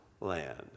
land